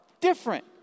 different